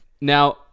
now